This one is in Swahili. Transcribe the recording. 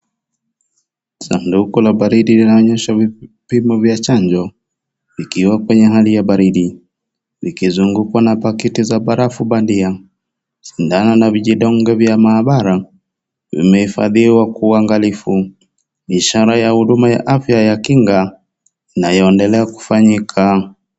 Sanduku la baridi linaonyosha vipimo vya chanjo, vikiwa kwenye hali ya baridi. Vikizungukwa na pakiti za barafu badia. sindano na vijidonge vya maabara, vimeifadhiwa kwa uangalifu. Ni ishara ya huduma ya afya ya kinga inayondelea kufanyika.